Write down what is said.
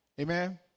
Amen